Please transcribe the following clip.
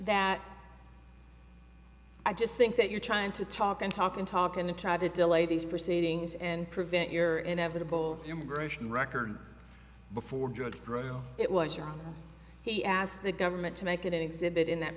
that i just think that you're trying to talk and talk and talk and try to delay these proceedings and prevent your inevitable immersion record before drove through it was you he asked the government to make an exhibit in that